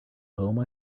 home